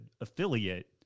affiliate